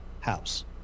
house